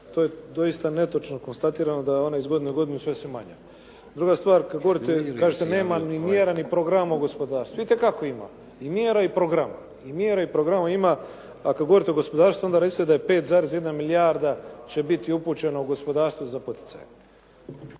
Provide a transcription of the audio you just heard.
to je doista netočno konstatirano da ona iz godine u godinu sve su manja. Druga stvar, kad govorite kažete nema ni mjera ni programa u gospodarstvu. Vidite kako ima, i mjera i programa ima a kad govorite o gospodarstvu onda recite da je 5,1 milijarda će biti upućeno u gospodarstvo za poticaje.